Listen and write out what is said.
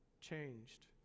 changed